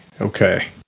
Okay